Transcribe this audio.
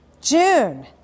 June